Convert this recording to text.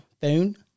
phone